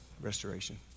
restoration